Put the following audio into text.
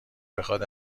بخواد